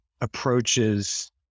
approaches